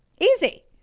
Easy